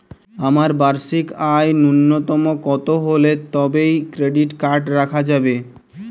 আমার বার্ষিক আয় ন্যুনতম কত হলে তবেই ক্রেডিট কার্ড রাখা যাবে?